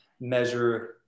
measure